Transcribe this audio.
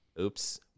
oops